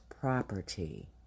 property